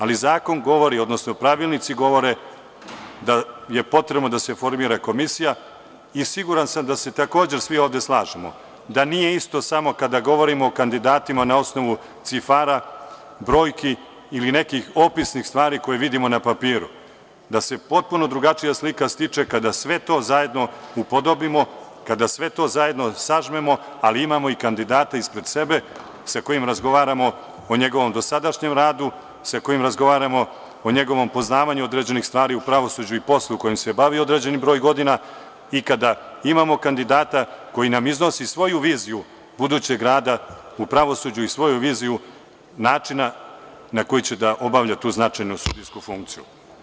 Ali, zakon govori, odnosno pravilnici govore da je potrebno da se formira komisija i siguran sam da se takođe svi ovde slažemo da nije isto samo kada govorimo o kandidatima na osnovu cifara, brojki ili nekih opisnih stvari koje vidimo na papiru, da se potpuno drugačija slika stiče kada sve to zajedno upodobimo, kada sve to zajedno sažmemo, ali imamo i kandidata ispred sebe sa kojim razgovaramo o njegovom dosadašnjem radu, sa kojim razgovaramo o njegovom poznavanju određenih stvari u pravosuđu i poslu kojim se bavio određeni broj godina i kada imamo kandidata koji nam iznosi svoju viziju budućeg rada u pravosuđu i svoju viziju načina na koji će da obavlja tu značajnu sudijsku funkciju.